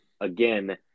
again